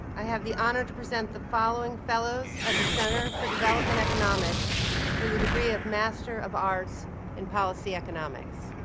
i have the honor to present the following fellows at the center for development economics for the degree of master of arts in policy economics.